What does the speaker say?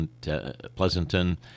Pleasanton